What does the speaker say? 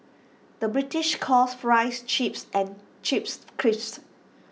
the British calls Fries Chips and Chips Crisps